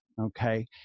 Okay